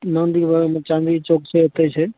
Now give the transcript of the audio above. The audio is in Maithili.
मन्दिरके बगलमे चाँदनी चौक छै एतय छै